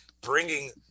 bringing